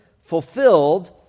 fulfilled